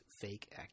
fake